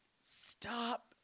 stop